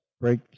break